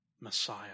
Messiah